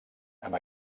amb